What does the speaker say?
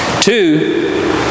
Two